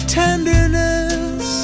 tenderness